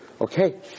okay